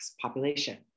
population